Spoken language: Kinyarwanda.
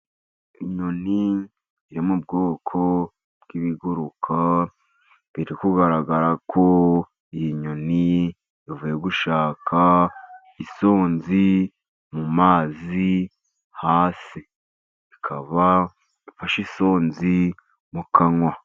inyoni yo mu bwoko bw'ibiguruka biri kugaragara ko iyi nyoni ivuye gushaka inshonzi mu mazi hasi, ikaba ifashe inshonzi mu kanwa.